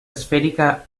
esfèrica